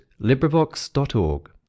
Librivox.org